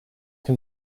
can